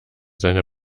seine